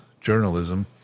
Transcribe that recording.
journalism